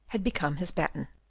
had become his baton.